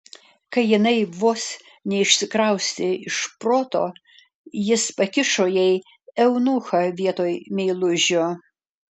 kai jinai vos neišsikraustė iš proto jis pakišo jai eunuchą vietoj meilužio